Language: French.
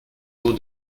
taux